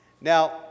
Now